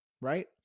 right